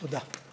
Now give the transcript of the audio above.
תודה.